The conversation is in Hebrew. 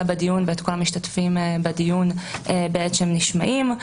בדיון ואת כל המשתתפים בדיון בעת שהם נשמעים,